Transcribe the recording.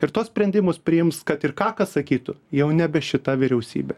ir tuos sprendimus priims kad ir ką kas sakytų jau nebe šita vyriausybė